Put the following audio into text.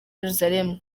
yerusalemu